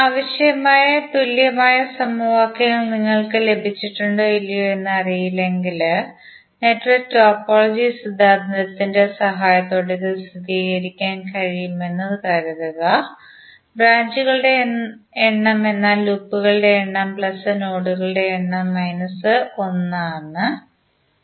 ആവശ്യമായ തുല്യമായ സമവാക്യങ്ങൾ നിങ്ങൾക്ക് ലഭിച്ചിട്ടുണ്ടോ ഇല്ലയോ എന്ന് അറിയില്ലെങ്കിൽ നെറ്റ്വർക്ക് ടോപ്പോളജി സിദ്ധാന്തത്തിന്റെ സഹായത്തോടെ ഇത് സ്ഥിരീകരിക്കാൻ കഴിയുമെന്ന് കരുതുക ബ്രാഞ്ചുകളുടെ എണ്ണം എന്നാൽ ലൂപ്പുകളുടെ എണ്ണം പ്ലസ് നോഡുകളുടെ എണ്ണം മൈനസ് ഒന്ന് ആണ്